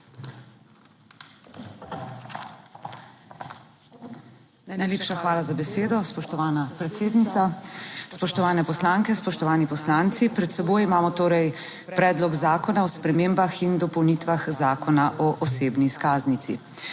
Najlepša hvala za besedo, spoštovana predsednica, spoštovane poslanke, spoštovani poslanci. Pred seboj imamo torej Predlog zakona o spremembah in dopolnitvah Zakona o osebni izkaznici.